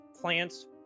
plants